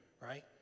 right